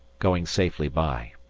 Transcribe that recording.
going safely by.